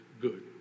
good